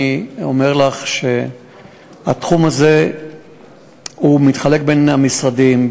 אני אומר לך שהתחום הזה מתחלק בין המשרדים,